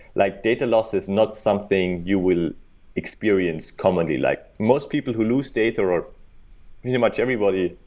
like data loss is not something you will experience commonly. like most people who lose data are pretty much everybody,